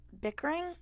bickering